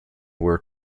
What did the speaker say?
were